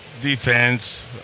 defense